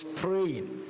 praying